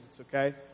okay